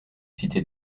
cité